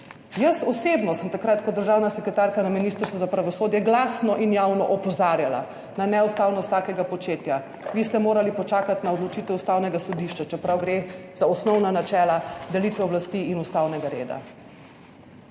Jaz osebno sem takrat kot državna sekretarka na Ministrstvu za pravosodje glasno in javno opozarjala na neustavnost takega početja. Vi ste morali počakati na odločitev Ustavnega sodišča, čeprav gre za osnovna načela delitve oblasti in ustavnega reda.